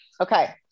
Okay